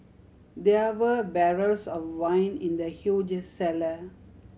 there were barrels of wine in the huge cellar